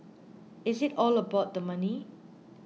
is it all about the money